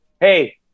hey